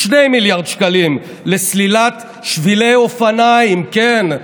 2 מיליארד שקלים לסלילת שבילי אופניים, כן.